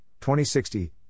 2060